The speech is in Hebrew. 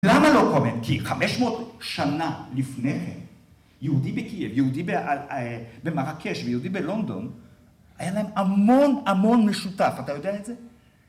למה לא קומן? כי חמש מאות שנה לפני כן, יהודי בקייב, יהודי במרקש ויהודי בלונדון, היה להם המון המון משותף, אתה יודע את זה?